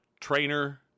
trainer